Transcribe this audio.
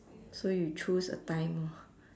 so you choose a time